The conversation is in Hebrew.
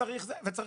זה דבר